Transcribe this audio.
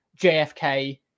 JFK